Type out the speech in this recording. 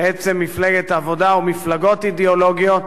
בעצם מפלגת העבודה או מפלגות אידיאולוגיות,